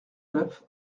neuf